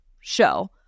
show